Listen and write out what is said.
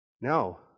no